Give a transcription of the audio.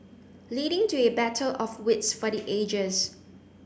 leading to a battle of wits for the ages